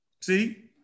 See